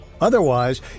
Otherwise